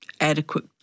adequate